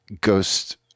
ghost